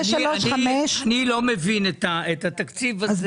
אני לא מבין את התקציב הזה.